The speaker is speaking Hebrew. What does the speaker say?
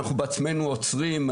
אנחנו בעצמנו אוצרים,